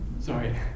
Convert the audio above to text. sorry